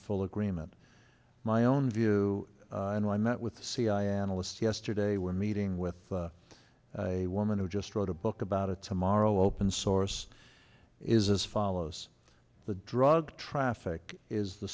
full agreement my own view and i met with cia analysts yesterday we're meeting with a woman who just wrote a book about it tomorrow open source is as follows the drug traffic is the